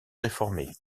réformé